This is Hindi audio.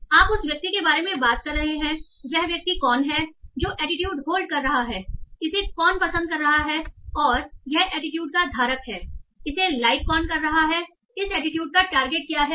तो आप उस व्यक्ति के बारे में बात कर रहे हैं वह व्यक्ति कौन हैजो एटीट्यूड होल्ड कर रहा है इसे कौन पसंद कर रहा है और यह एटीट्यूड का धारक है और इसे लाइक कौन कर रहा है इस एटीट्यूड का टारगेट क्या है